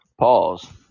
Pause